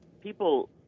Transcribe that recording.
people